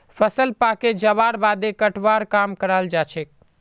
फसल पाके जबार बादे कटवार काम कराल जाछेक